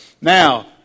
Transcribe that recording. Now